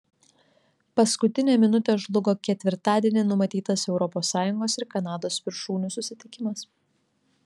paskutinę minutę žlugo ketvirtadienį numatytas europos sąjungos ir kanados viršūnių susitikimas